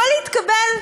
יכול להתקבל.